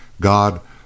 God